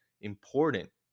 important